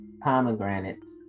pomegranates